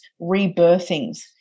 rebirthings